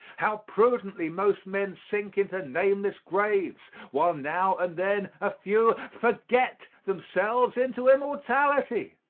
how prudently most men sink into nameless graves, while now and then a few forget themselves into immortality.